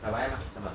sabar eh mak sabar